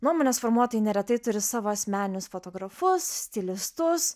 nuomonės formuotojai neretai turi savo asmeninius fotografus stilistus